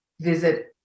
visit